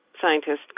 scientists